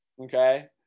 okay